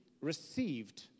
received